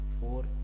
four